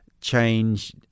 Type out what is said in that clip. change